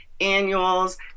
annuals